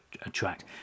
attract